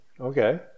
Okay